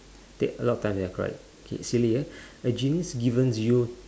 take a lot of time ya correct K silly ah genie is given to you